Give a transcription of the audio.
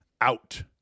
out